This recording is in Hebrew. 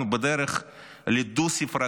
אנחנו בדרך לדו-ספרתי.